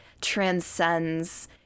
transcends